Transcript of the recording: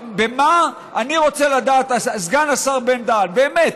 אני רוצה לדעת, סגן השר בן-דהן, באמת,